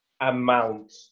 amount